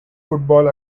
football